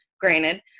granted